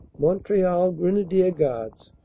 montreal grenadier guards,